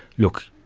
look,